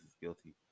guilty